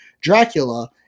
Dracula